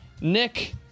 Nick